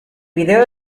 video